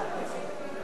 איננו.